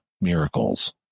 miracles